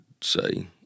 say